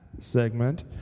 segment